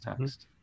text